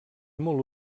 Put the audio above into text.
molt